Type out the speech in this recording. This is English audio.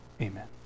Amen